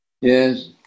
Yes